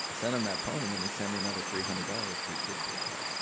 sent him that poem, and then he sent me another three hundred dollars through paypal.